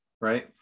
Right